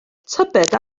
tybed